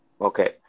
Okay